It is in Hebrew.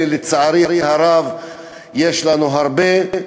לצערי הרב יש לנו הרבה.